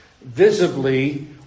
Visibly